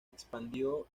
expandió